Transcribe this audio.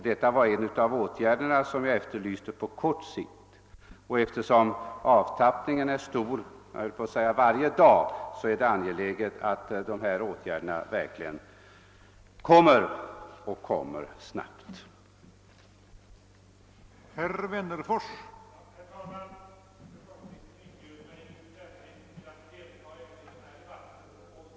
Detta var en av de åtgärder som jag efterlyste på kort sikt. Eftersom avtappningen på befäl är stor — varje dag är jag frestad att säga — är det verkligen angeläget att dessa åtgärder vidtas omgående.